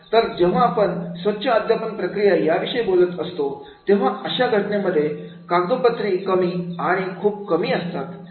तर जेव्हा आपण स्वच्छ अध्यापन प्रक्रिया याविषयी बोलत असतो तेव्हा अशा घटनेमध्ये कागदपत्रे कमी आणि खूप कमी असतात